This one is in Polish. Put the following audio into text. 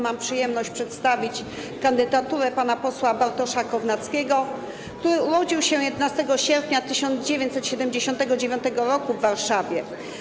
Mam przyjemność przedstawić kandydaturę pana posła Bartosza Kownackiego, który urodził się 11 sierpnia 1979 r. w Warszawie.